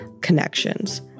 connections